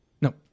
No